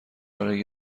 برای